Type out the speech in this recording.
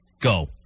go